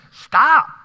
stop